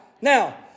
Now